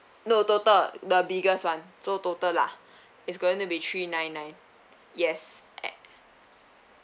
no total the biggest one so total lah it's going to be three nine nine yes and